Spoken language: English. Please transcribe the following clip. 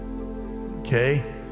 okay